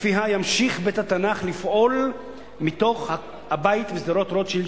שבית-התנ"ך ימשיך לפעול מתוך הבית בשדרות-רוטשילד